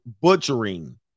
butchering